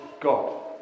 God